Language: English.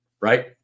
Right